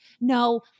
no